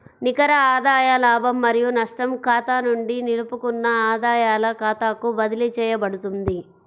నికర ఆదాయ లాభం మరియు నష్టం ఖాతా నుండి నిలుపుకున్న ఆదాయాల ఖాతాకు బదిలీ చేయబడుతుంది